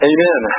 Amen